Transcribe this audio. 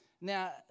Now